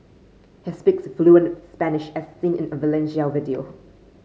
he speaks fluent Spanish as seen in a Valencia video